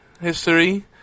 history